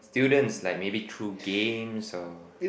students like maybe through games or